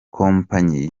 kompanyi